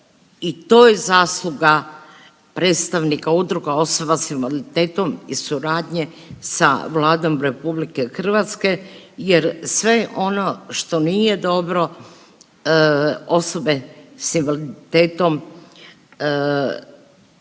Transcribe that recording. i to je zasluga predstavnika Udruga osoba s invaliditetom i suradnje sa Vladom RH jer sve ono što nije dobro osobe s invaliditetom